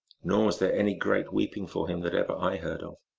nor was there any great weeping for him that ever i heard of.